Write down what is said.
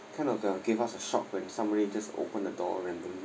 kind of uh gave us a shock when somebody just open the door randomly